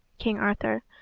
king arthur,